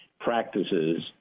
practices